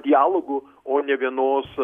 dialogu o ne vienos